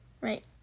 right